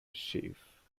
chief